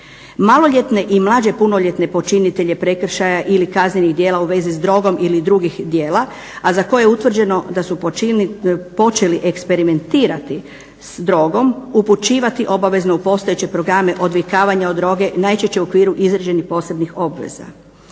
Maloljetne i mlađe punoljetne počinitelje prekršaja ili kaznenih djela u vezi s drogom ili drugih djela, a za koje je utvrđeno da su počeli eksperimentirati s drogom, upućivati obavezno u postojeće programe odvikavanja od droge, najčešće u okviru izrađenih posebnih obveza.